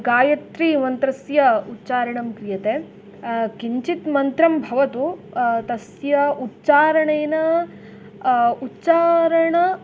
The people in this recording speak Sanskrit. गायत्रीमन्त्रस्य उच्चारणं क्रियते किञ्चित् मन्त्रं भवतु तस्य उच्चारणेन उच्चारणम्